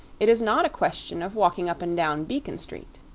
it is not a question of walking up and down beacon street.